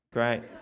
Great